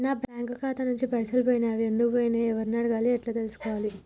నా బ్యాంకు ఖాతా నుంచి పైసలు పోయినయ్ అవి ఎందుకు పోయినయ్ ఎవరిని అడగాలి ఎలా తెలుసుకోవాలి?